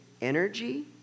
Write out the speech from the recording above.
energy